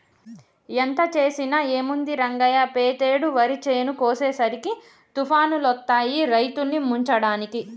ఎంత చేసినా ఏముంది రంగయ్య పెతేడు వరి చేను కోసేసరికి తుఫానులొత్తాయి రైతుల్ని ముంచడానికి